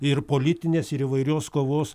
ir politinės ir įvairios kovos